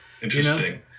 Interesting